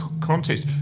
contest